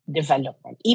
development